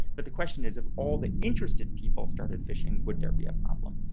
but the question is, if all the interested people started fishing, would there be a problem.